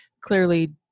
clearly